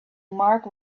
mark